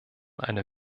eine